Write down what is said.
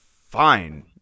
fine